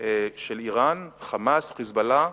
של אירן, "חמאס", "חיזבאללה",